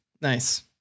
nice